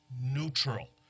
neutral